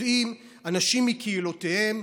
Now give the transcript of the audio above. יודעים על אנשים מקהילותיהם,